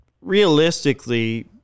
realistically